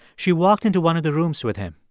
she walked into one of the rooms with him.